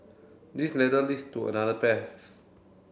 this ladder leads to another path